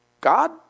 God